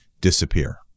disappear